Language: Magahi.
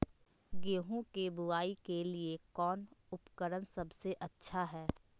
गेहूं के बुआई के लिए कौन उपकरण सबसे अच्छा है?